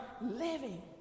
living